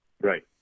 Right